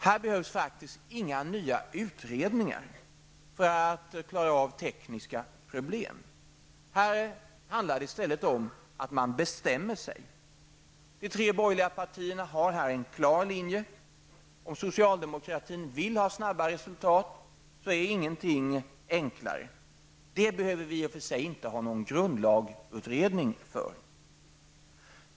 Här behövs faktiskt inga nya utredningar för att klara av tekniska problem. Här handlar det i stället om att man bestämmer sig. De tre borgerliga partierna har här en klar linje. Om socialdemokratin vill ha snabba resultat är ingenting enklare. Det behöver vi i och för sig inte ha någon ny grundlagsutredning för.